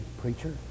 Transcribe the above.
preacher